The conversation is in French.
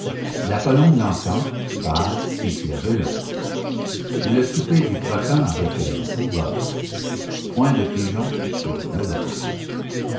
la colombe l'entend part et tire de long le souper du croquant avec elle s'envole point de pigeon pour une obole